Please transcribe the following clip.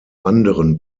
anderen